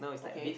okay